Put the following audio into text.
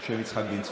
על שם יצחק בן צבי.